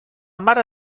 mare